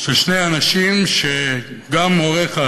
של שני אנשים, גם הוריך,